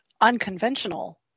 unconventional